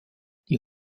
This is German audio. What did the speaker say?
die